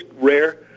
rare